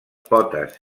potes